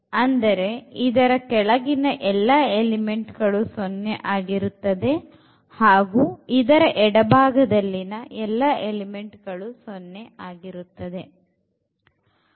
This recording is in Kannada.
ಅಂದರೆ ಇದರ ಕೆಳಗಿನ ಎಲ್ಲ ಎಲಿಮೆಂಟ್ ಗಳು 0 ಆಗಿರುತ್ತದೆ ಹಾಗು ಇದರ ಎಡಭಾಗದಲ್ಲಿನ ಎಲ್ಲ ಎಲಿಮೆಂಟ್ ಗಳು 0 ಆಗಿರುತ್ತದೆ